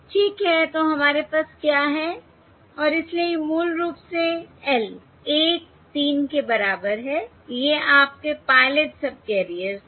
ठीक है तो हमारे पास क्या है और इसलिए ये मूल रूप से L 1 3 के बराबर है ये आपके पायलट सबकैरियर्स हैं